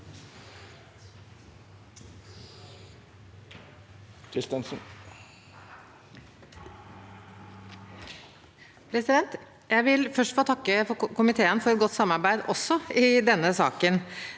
Jeg vil først få takke komiteen for et godt samarbeid også i denne saken.